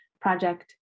project